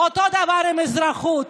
אותו דבר עם אזרחות,